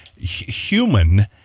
human